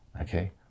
okay